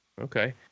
okay